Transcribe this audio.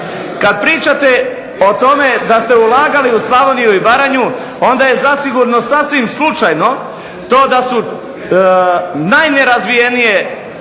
Kad pričate o tome da ste ulagali u Slavoniju i Baranju onda je zasigurno sasvim slučajno to da su najnerazvijenije